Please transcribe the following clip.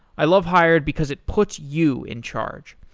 i love hired because it puts you in charge.